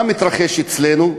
מה מתרחש אצלנו?